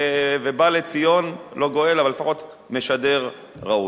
ובא לציון לא גואל אבל לפחות משדר ראוי.